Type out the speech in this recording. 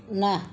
ନା